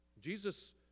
Jesus